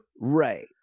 Right